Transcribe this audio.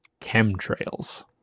Chemtrails